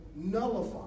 Nullify